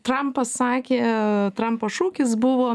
trampas sakė trampo šūkis buvo